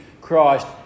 Christ